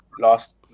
Last